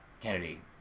Kennedy